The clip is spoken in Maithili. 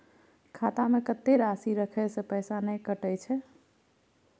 खाता में कत्ते राशि रखे से पैसा ने कटै छै?